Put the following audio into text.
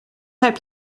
heb